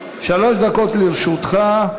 שלוש דקות לרשותך.